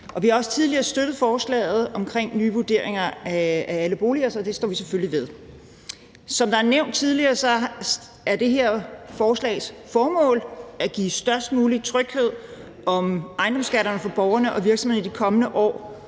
Vi har også tidligere støttet forslaget om nye vurderinger af alle boliger, så det står vi selvfølgelig ved. Som det er blevet nævnt tidligere, er det her forslags formål at give størst mulig tryghed om ejendomsskatterne for borgerne og virksomhederne i de kommende år.